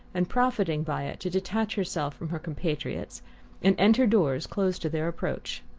and profiting by it to detach herself from her compatriots and enter doors closed to their approach.